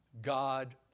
God